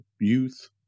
youth